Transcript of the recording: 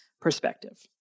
perspective